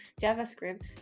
JavaScript